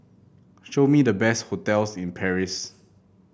show me the best hotels in Paris